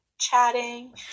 chatting